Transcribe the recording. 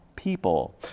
people